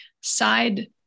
side